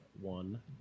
one